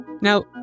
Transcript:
Now